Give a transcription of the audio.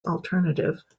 alternative